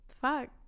fuck